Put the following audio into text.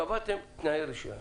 קבעתם כללי רישיון,